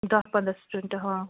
دَہ پنٛداہ سِٹوڈنٛٹہٕ ہاں